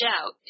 out